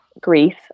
grief